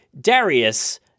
Darius